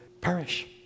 perish